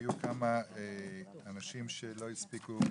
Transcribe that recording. היו כמה אנשים שלא יכלו לדבר,